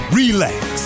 relax